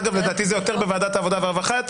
אגב, לדעתי זה יותר בוועדת העבודה והרווחה.